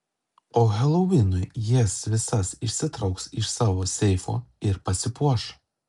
o helovinui jas visas išsitrauks iš savo seifų ir pasipuoš